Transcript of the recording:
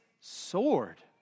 sword